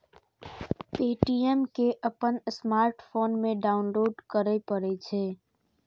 Paytm कें अपन smartphone मे डाउनलोड करय पड़ै छै